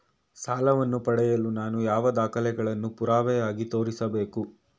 ಸಾಲವನ್ನು ಪಡೆಯಲು ನಾನು ಯಾವ ದಾಖಲೆಗಳನ್ನು ಪುರಾವೆಯಾಗಿ ತೋರಿಸಬೇಕು?